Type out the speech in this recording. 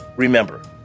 remember